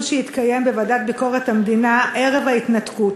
שהתקיים בוועדת ביקורת המדינה ערב ההתנתקות,